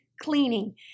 cleaning